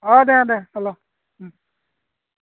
অঁ দে দে অল'